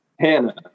Hannah